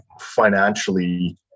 financially